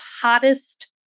hottest